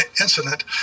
incident